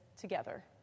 together